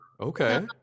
okay